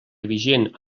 vigent